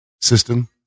system